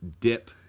dip